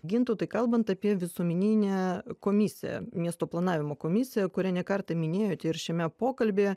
gintautai kalbant apie visuomeninę komisiją miesto planavimo komisiją kurią ne kartą minėjot ir šiame pokalbyje